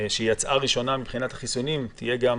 שיצאה ראשונה מבחינת החיסונים, תהיה גם